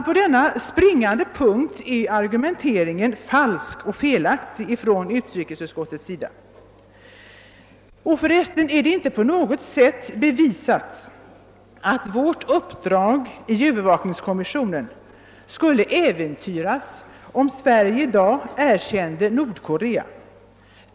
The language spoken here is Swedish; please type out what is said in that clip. På denna viktiga punkt är alltså utrikesutskottets argumentering falsk och felaktig. Det är inte på något sätt bevisat att vårt uppdrag i övervakningskommissionen skulle äventyras, om Sverige i dag erkände Nordkorea.